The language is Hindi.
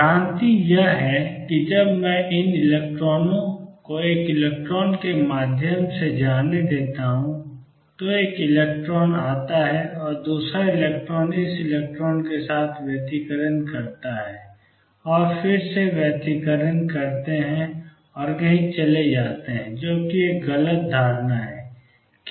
भ्रांति यह है कि जब मैं इन इलेक्ट्रॉनों को एक इलेक्ट्रॉन के माध्यम से जाने देता हूं तो एक इलेक्ट्रॉन आता है और दूसरा इलेक्ट्रॉन इस इलेक्ट्रॉन के साथ व्यतिकरण करता है और फिर वे व्यतिकरण करते हैं और कहीं चले जाते हैं जो कि एक गलत धारणा है